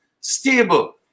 stable